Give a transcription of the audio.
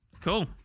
Cool